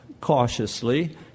cautiously